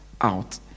out